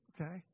Okay